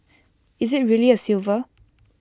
is IT really A silver